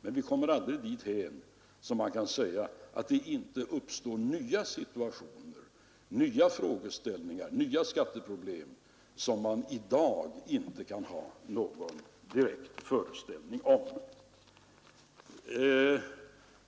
Men vi kommer aldrig dithän att man kan säga att det inte uppstår nya situationer, nya frågeställningar och nya skatteproblem, som man i dag inte kan ha någon direkt föreställning om.